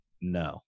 No